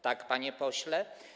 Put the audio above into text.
Tak, panie pośle.